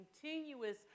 continuous